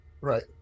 right